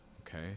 Okay